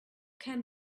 can